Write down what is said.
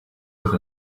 with